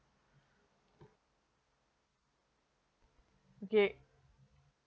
okay